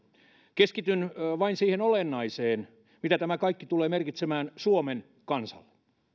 keskityn vain siihen olennaiseen mitä tämä kaikki tulee merkitsemään suomen kansalle